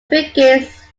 brigade